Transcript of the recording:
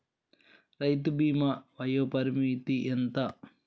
రైతు బీమా వయోపరిమితి ఎంత?